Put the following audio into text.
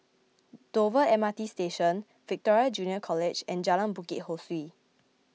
Dover M R T Station Victoria Junior College and Jalan Bukit Ho Swee